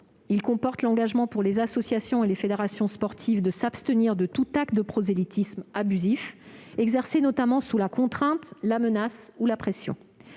Il comporte l'engagement, pour les associations et les fédérations sportives, de s'abstenir de tout acte de prosélytisme abusif, exercé notamment sous la contrainte, la menace ou la pression.